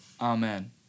Amen